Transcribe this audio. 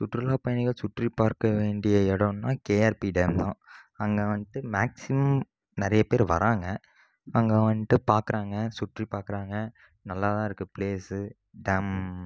சுற்றுலா பயணிகள் சுற்றி பார்க்க வேண்டிய இடோம்னா கேஆர்பி டேம்தான் அங்கே வந்துட்டு மேக்ஸிமம் நிறைய பேர் வராங்க அங்கே வந்துட்டு பார்க்றாங்க சுற்றி பார்க்றாங்க நல்லாதான் இருக்கு ப்ளேஸு டேம்